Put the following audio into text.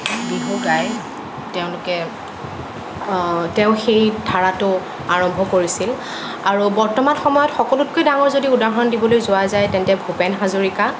বিহু গাই তেওঁলোকে তেওঁ সেই ধাৰাটো আৰম্ভ কৰিছিল আৰু বৰ্তমান সময়ত সকলোতকৈ ডাঙৰ যদি উদাহৰণ দিবলৈ যোৱা যায় তেন্তে ভূপেন হাজৰিকা